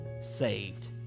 saved